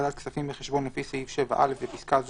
בהפקדת כספים בחשבון לפי סעיף 7א (בפסקה זו,